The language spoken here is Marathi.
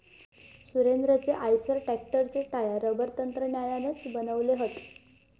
सुरेंद्राचे आईसर ट्रॅक्टरचे टायर रबर तंत्रज्ञानातनाच बनवले हत